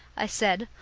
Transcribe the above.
i said,